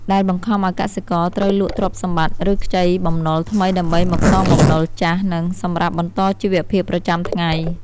ដែលបង្ខំឱ្យកសិករត្រូវលក់ទ្រព្យសម្បត្តិ ឬខ្ចីបំណុលថ្មីដើម្បីមកសងបំណុលចាស់ និងសម្រាប់បន្តជីវភាពប្រចាំថ្ងៃ។